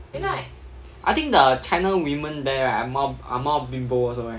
I think the china women there right are more are more bimbo also right